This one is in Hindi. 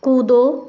कूदो